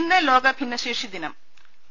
ഇന്ന് ലോക ഭിന്നശേഷി ദിനും